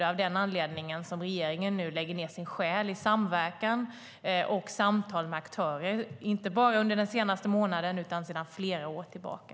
Det är av den anledningen regeringen nu lägger ned sin själ i samverkan och samtal med aktörer, inte bara under den senaste månaden utan sedan flera år tillbaka.